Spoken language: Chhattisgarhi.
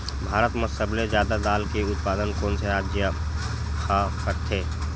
भारत मा सबले जादा दाल के उत्पादन कोन से राज्य हा करथे?